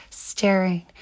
staring